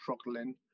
struggling